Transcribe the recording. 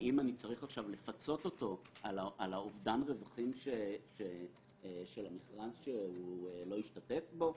האם אני צריך לפצות אותו על אובדן הרווחים של המכרז שהוא לא השתתף בו?